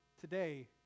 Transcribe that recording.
today